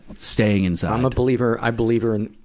staying inside. i'm a believer, i believer in,